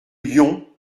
yon